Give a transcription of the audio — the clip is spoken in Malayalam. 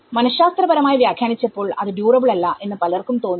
മനശാസ്ത്രപരമായി വ്യാഖ്യാനിച്ചപ്പോൾ അതു ഡ്യൂറബിൾ അല്ല എന്ന് പലർക്കും തോന്നി